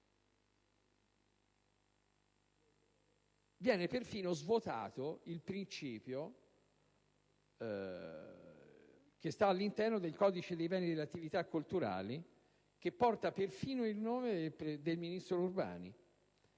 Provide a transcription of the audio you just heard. Viene svuotato il principio contenuto all'interno del codice dei beni e delle attività culturali, che porta perfino il nome del ministro Urbani.